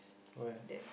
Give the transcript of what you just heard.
where